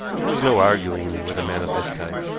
there was no arguing with a man of this type.